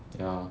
ya